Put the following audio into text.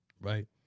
Right